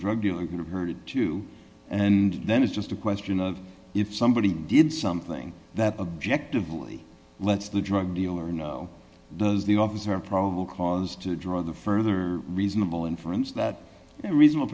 drug dealer heard it too and then it's just a question of if somebody did something that objectively lets the drug dealer know does the officer probable cause to draw the further reasonable inference that a reasonable